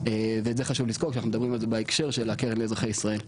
ואני חושב לזכור כשאנחנו מדברים על זה בהקשר של הקרן לאזרחי ישראל.